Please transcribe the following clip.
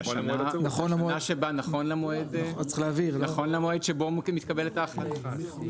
לשנה שבה נכון למועד שבו מתקבלת ההחלטה,